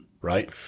right